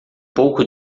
pouco